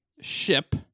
ship